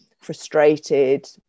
frustrated